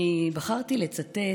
אני בחרתי לצטט